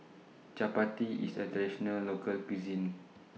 Chapati IS A Traditional Local Cuisine